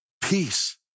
peace